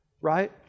right